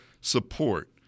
support